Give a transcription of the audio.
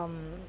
um